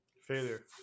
failure